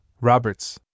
Roberts